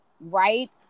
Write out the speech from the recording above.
right